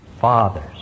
fathers